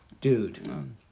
Dude